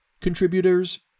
contributors